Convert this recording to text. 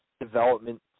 development